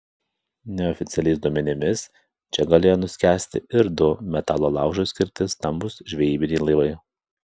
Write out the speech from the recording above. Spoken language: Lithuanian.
neoficialiais duomenimis čia galėjo nuskęsti ir du metalo laužui skirti stambūs žvejybiniai laivai